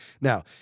Now